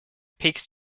peaks